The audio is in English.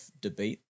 debate